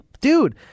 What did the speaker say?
dude